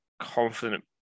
confident